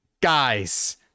guys